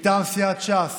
מטעם סיעת ש"ס: